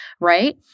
right